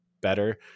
better